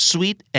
Sweet